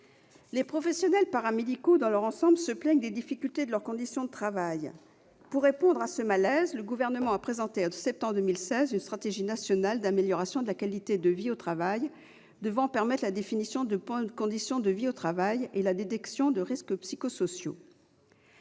Les professionnels paramédicaux dans leur ensemble se plaignent des difficultés de leurs conditions de travail. Pour répondre à ce malaise, le Gouvernement a présenté en décembre 2016 une stratégie nationale d'amélioration de la qualité de vie au travail devant permettre la définition de bonnes conditions de vie au travail et la détection des risques psychosociaux.